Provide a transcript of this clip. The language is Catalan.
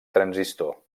transistor